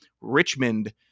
Richmond